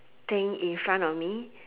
thing in front of me